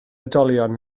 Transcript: oedolion